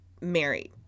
married